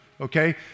okay